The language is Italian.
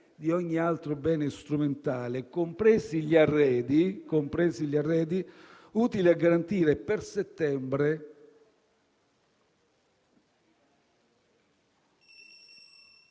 di ogni altro bene strumentale, compresi gli arredi utili a garantire per settembre